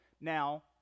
now